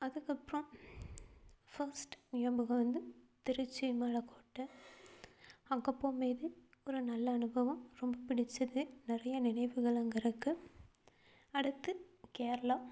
அதுக்கப்புறோம் ஃபர்ஸ்ட் ஞாபகம் வந்து திருச்சி மலைக்கோட்ட அங்கே போகும் போது ஒரு நல்ல அனுபவம் ரொம்ப பிடிச்சது நிறைய நினைவுகள் அங்கே இருக்குது அடுத்து கேரளா